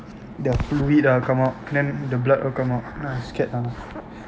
the fluid ah come out then the blood all come out then I damn scared ah